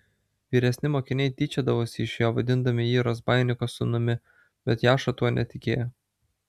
vyresni mokiniai tyčiodavosi iš jo vadindami jį razbaininko sūnumi bet jaša tuo netikėjo